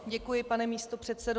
Děkuji, pane místopředsedo.